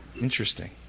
Interesting